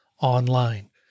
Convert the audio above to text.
online